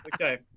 Okay